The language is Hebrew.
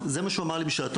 אבל זה מה שהוא אמר לי בשעתו.